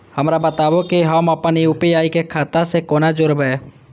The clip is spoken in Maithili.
हमरा बताबु की हम आपन यू.पी.आई के खाता से कोना जोरबै?